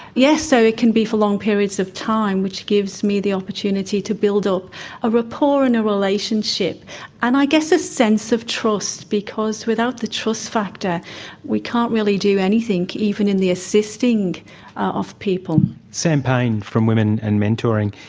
yes, so it can be for long periods of time, which gives me the opportunity to build up a rapport and a relationship and i sense of trust, because without the trust factor we can't really do anything, even in the assisting of people. sam payne from women and mentoring,